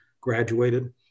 graduated